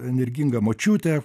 energingą močiutę